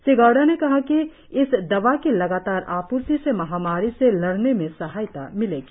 श्री गौड़ा ने कहा कि इस दवा की लगातार आपूर्ति से महामारी से लड़ने में सहायता मिलेगी